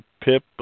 Pip